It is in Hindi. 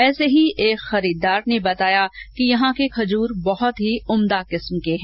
ऐसे ही एक खरीददार ने बताया कि यहां के खजर बहत ही उम्दा किस्म के है